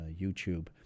YouTube